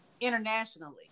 internationally